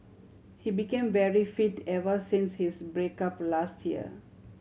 he became very fit ever since his break up last year